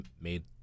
made